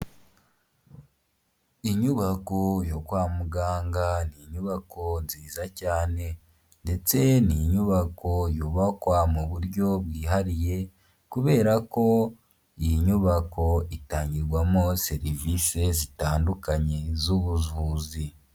Inyubako yo kwa muganga n' inyubako nziza cyane ndetse n'inyubako yubakwa mu buryo bwihariye kubera ko iyi nyubako itangirwamo serivisi zitandukanye z 'ubuvuzi.